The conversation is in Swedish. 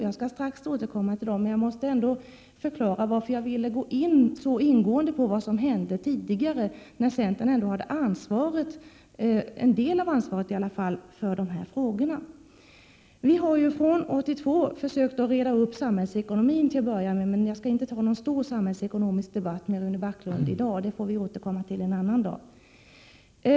Jag skall strax återkomma till dem, men jag vill först förklara varför jag så ingående ville ta upp det som hände under den tid när centern hade i varje fall en del av ansvaret för de här frågorna. Från 1982 har vi till att börja med försökt reda upp samhällsekonomin. Men jag skall inte ta någon stor samhällsekonomisk debatt med Rune Backlund i dag, utan den får vi återkomma till en annan dag.